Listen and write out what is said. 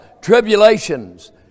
tribulations